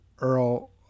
Earl